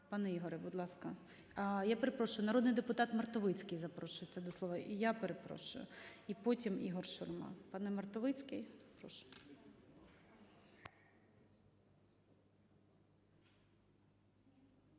Пане Ігоре, будь ласка. Я перепрошую, народний депутат Мартовицький запрошується до слова. Я перепрошую. І потім – Ігор Шурма. Пане Мартовицький, прошу.